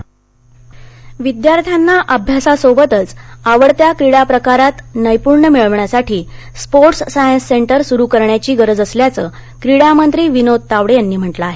आंतर विद्यापिठ क्रीडा महोत्सव विद्यार्थ्यांना अभ्यासासोबतच आवडत्या क्रीडा प्रकारात नैपुण्य मिळवण्यासाठी स्पोर्ट्स सायन्स सेंटर सुरु करण्याची गरज असल्याचं क्रीडामंत्री विनोद तावडे यांनी म्हटलं आहे